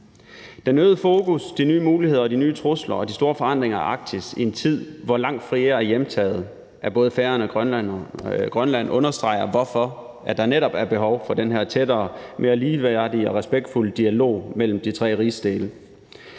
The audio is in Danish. Den øgede fokus, de nye muligheder og de nye trusler og de store forandringer i Arktis i en tid, hvor langt flere ting er hjemtaget af både Færøerne og Grønland, understreger, hvorfor der netop er behov for den her tættere, mere ligeværdige og respektfulde dialog mellem de tre rigsdele.